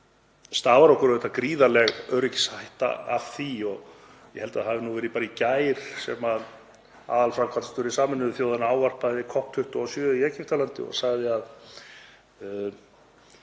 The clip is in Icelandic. stafar okkur auðvitað gríðarleg öryggishætta af því. Ég held að það hafi verið í gær sem aðalframkvæmdastjóri Sameinuðu þjóðanna ávarpaði COP27 í Egyptalandi og sagði að